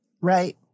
right